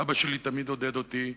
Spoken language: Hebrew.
"אבא שלי תמיד עודד אותי,